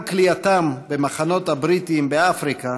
גם כליאתם במחנות הבריטים באפריקה